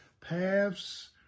paths